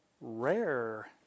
rare